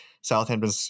Southampton